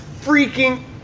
freaking